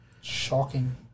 Shocking